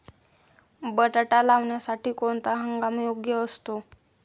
बटाटा लावण्यासाठी कोणता हंगाम योग्य असतो?